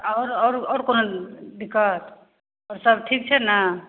आओर आओर आओर कोनो दिक्कत आओर सब ठीक छै ने